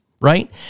right